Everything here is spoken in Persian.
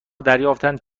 دریافتند